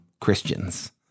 Christians